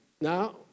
Now